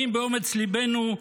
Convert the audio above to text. גאים באומץ ליבנו,